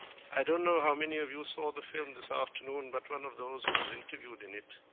i don't know how many of you saw the film this afternoon, but one of those who was interviewed in it